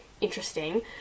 interesting